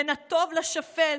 בין הטוב לשפל,